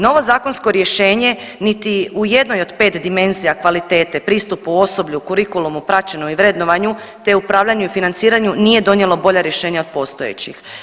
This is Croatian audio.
Novo zakonsko rješenje niti u jednoj od pet dimenzija kvalitete, pristupu osoblju, kurikulumu, praćenju i vrednovanju, te upravljanju i financiranju nije donijelo bolja rješenja od postojećih.